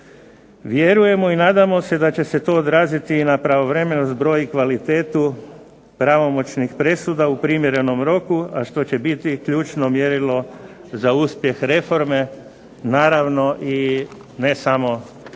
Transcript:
Vjerujemo i nadamo se da će se to odraziti i na pravovremen zbroj i kvalitetu pravomoćnih presuda u primjerenom roku, a što će biti ključno mjerilo za uspjeh reforme, naravno i ne samo za